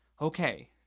Okay